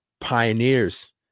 pioneers